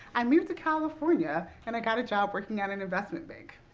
i moved to california, and i got a job working at an investment bank.